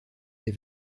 des